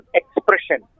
expression